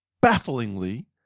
bafflingly